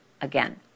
again